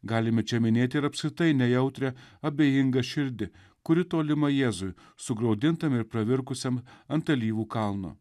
galime čia minėti ir apskritai nejautrią abejingą širdį kuri tolima jėzui sugraudintam ir pravirkusiam ant alyvų kalno